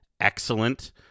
excellent